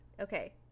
Okay